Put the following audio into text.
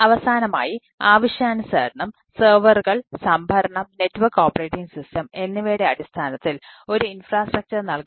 അവസാനമായി ആവശ്യാനുസരണം സെർവറുകൾ ഉണ്ടായിരിക്കാം